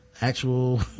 actual